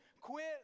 quit